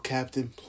Captain